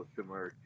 similar